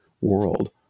world